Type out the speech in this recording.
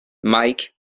mike